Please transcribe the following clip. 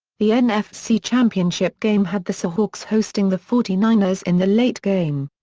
the nfc championship game had the seahawks hosting the forty nine ers in the late game.